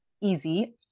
easy